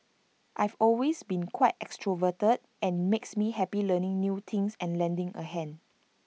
I've always been quite extroverted and IT makes me happy learning new things and lending A hand